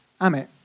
Amit